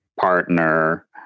partner